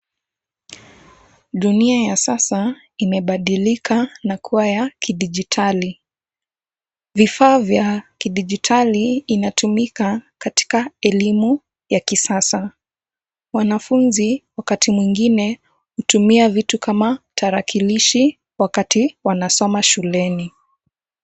Dunia ya sasa imebadilika na kuwa ya kijiditali. Vifaa vya kijiditali inatumika katika elimu ya kisasa. Wanafunzi wakati mwengine hutumia vitu kama tarakilishi wakati wanasoma shuleni.